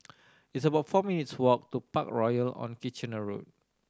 it's about four minutes' walk to Parkroyal on Kitchener Road